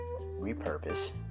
repurpose